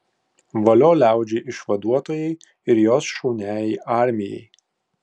valio liaudžiai išvaduotojai ir jos šauniajai armijai